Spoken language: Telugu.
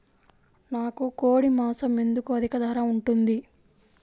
నాకు కోడి మాసం ఎందుకు అధిక ధర ఉంటుంది?